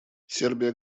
сербия